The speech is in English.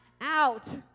out